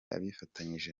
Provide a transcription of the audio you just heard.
abifatanyije